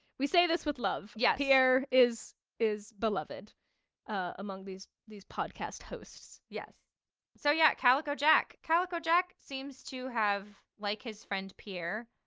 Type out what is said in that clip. we say this with love. yeah pierre is is beloved among these, these podcast hosts yes so yeah. calico jack. calico jack seems to have, like his friend pierre,